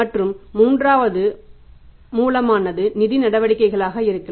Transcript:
மற்றும் மூன்றாவது மூலமானது நிதி நடவடிக்கைகளாக இருக்கலாம்